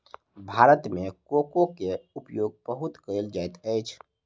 भारत मे कोको के उपयोग बहुत कयल जाइत अछि